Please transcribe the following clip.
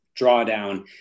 drawdown